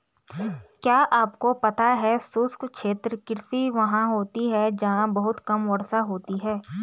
क्या आपको पता है शुष्क क्षेत्र कृषि वहाँ होती है जहाँ बहुत कम वर्षा होती है?